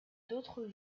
d’autres